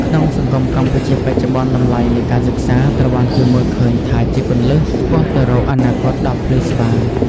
ក្នុងសង្គមកម្ពុជាបច្ចុប្បន្ន តម្លៃនៃការសិក្សាត្រូវបានគេមើលឃើញថាជាគន្លឹះឆ្ពោះទៅរកអនាគតដ៏ភ្លឺស្វាង។